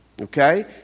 okay